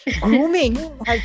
Grooming